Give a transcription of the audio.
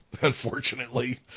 unfortunately